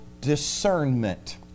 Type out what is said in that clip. discernment